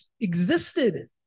existed